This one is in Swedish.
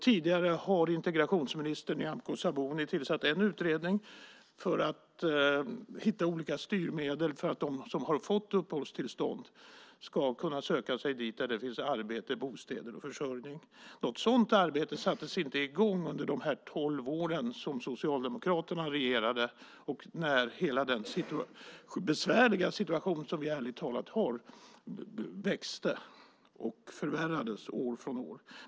Tidigare har integrationsminister Nyamko Sabuni tillsatt en utredning för att hitta olika styrmedel för att de som har fått uppehållstillstånd ska kunna söka sig dit där det finns arbete, bostäder och försörjning. Något sådant arbete sattes inte i gång under de tolv år som Socialdemokraterna regerade och när hela den besvärliga situation som vi ärligt talat har växte och förvärrades år från år.